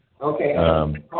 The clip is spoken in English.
Okay